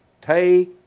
Take